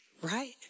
right